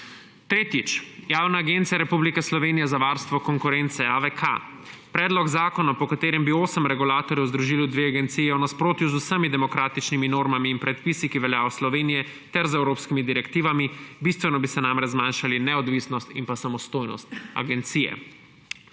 Tretjič, Javna agencija Republike Slovenije za varstvo konkurence, AVK: »Predlog zakona, po katerem bi osem regulatorjev združili v dve agenciji, je v nasprotju z vsemi demokratičnimi normami in predpisi, ki veljajo v Sloveniji, ter z evropskimi direktivami. Bistveno bi se namreč zmanjšali neodvisnost in samostojnost agencije.«